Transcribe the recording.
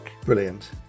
Brilliant